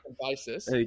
basis